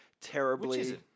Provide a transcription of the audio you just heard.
Terribly